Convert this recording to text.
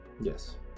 Yes